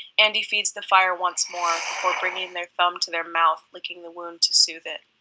andy feeds the fire once more, before bringing their thumb to their mouth, licking the wound to soothe it.